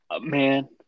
Man